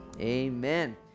Amen